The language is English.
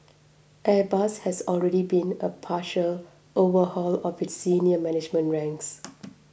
airbus has already been a partial overhaul of its senior management ranks